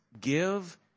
give